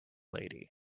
lady